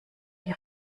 die